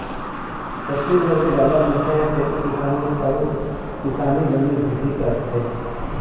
छत्तीसगढ़ के जादा मनखे ह खेती किसानी अउ किसानी बनी भूथी करथे